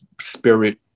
spirit